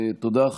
תודה.